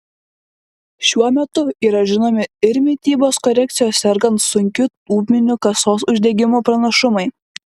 šiuo metu yra žinomi ir mitybos korekcijos sergant sunkiu ūminiu kasos uždegimu pranašumai